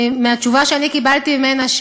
מהתשובה שקיבלתי ממנה,